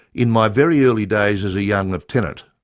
in my very early days as a young lieutenant,